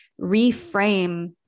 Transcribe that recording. reframe